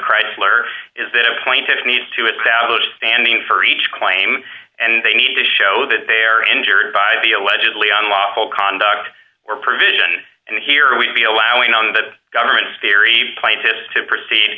chrysler is that a point it needs to establish standing for each claim and they need to show that they are injured by the allegedly unlawful conduct or provision and here we'd be allowing on the government's theory pointis to proceed